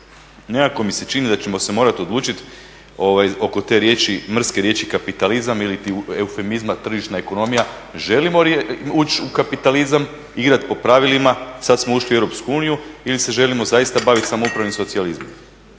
Nekako mi se čini da ćemo se morati odlučiti oko te riječi, mrske riječi kapitalizam iliti eufemizma tržišna ekonomija želimo li ući u kapitalizam igrati po pravilima. Sad smo ušli u EU ili se želimo zaista baviti samoupravnim socijalizmom.